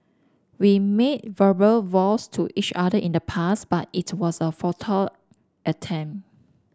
we made verbal vows to each other in the past but it was a futile attempt